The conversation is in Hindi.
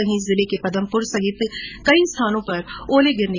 वहीं जिले में पदमपुर सहित कई स्थानों पर े ओले भी गिरे